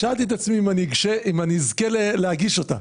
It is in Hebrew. שאלתי את עצמי אם אני אזכה להגיש אותה